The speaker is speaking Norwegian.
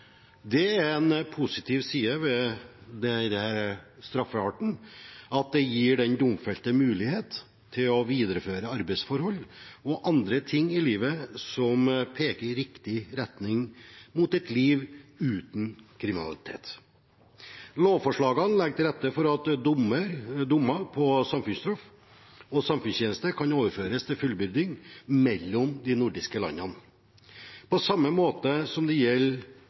det samfunnsstraff. En positiv side ved denne straffarten er at det gir den domfelte mulighet til å videreføre arbeidsforhold og andre ting i livet som peker i riktig retning, nemlig mot et liv uten kriminalitet. Lovforslagene legger til rette for at dommer på samfunnsstraff og samfunnstjeneste kan overføres til fullbyrding mellom de nordiske landene, på samme måte som